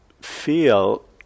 feel